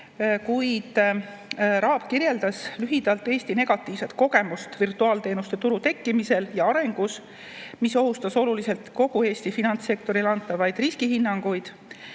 kuid RAB kirjeldas lühidalt Eesti negatiivset kogemust virtuaalteenuste turu tekkimisel ja arengus, mis ohustas oluliselt kogu Eesti finantssektorile antavaid riskihinnanguid.